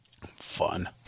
Fun